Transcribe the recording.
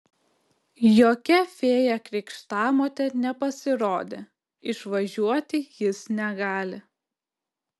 jokia fėja krikštamotė nepasirodė išvažiuoti jis negali